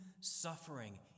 suffering